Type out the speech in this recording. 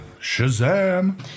Shazam